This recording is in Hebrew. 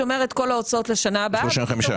שומר את כל ההוצאות לשנה הבאה -- 35%.